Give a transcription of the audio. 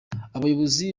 abayobozi